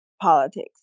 politics